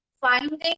finding